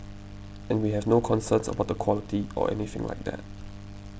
and we have no concerns about the quality or anything like that